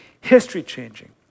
history-changing